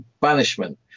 banishment